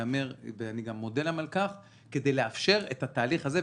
גם מודה ל --- כדי לאפשר את התהליך הזה,